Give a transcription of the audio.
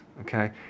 okay